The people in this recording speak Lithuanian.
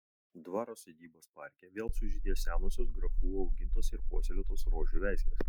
dvaro sodybos parke vėl sužydės senosios grafų augintos ir puoselėtos rožių veislės